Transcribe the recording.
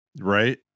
Right